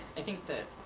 i think that